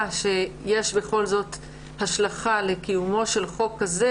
שיש בכל זאת השלכה לקיומו של חוק כזה,